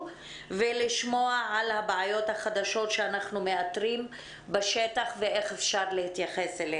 ולשמוע על הבעיות החדשות שאנחנו מאתרים בשטח ואיך אפשר להתייחס אליהן.